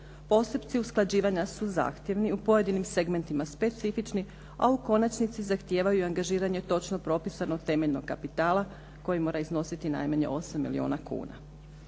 Postupci usklađivanja su zahtjevni, u pojedinim segmentima specifični, a u konačnici zahtijevaju angažiranje točno propisanog temeljnog kapitala koji mora iznositi najmanje 8 milijuna kuna.